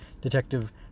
detective